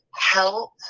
Help